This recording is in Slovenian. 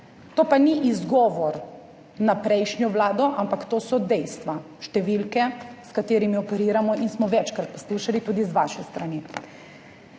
To pa ni izgovor na prejšnjo vlado, ampak to so dejstva, številke, s katerimi operiramo in smo jih večkrat poslušali tudi z vaše strani.